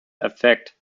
affect